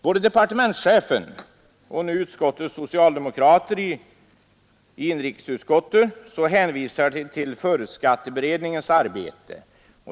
Både departementschefen och utskottets socialdemokrater hänvisar till företagsskatteberedningens arbete.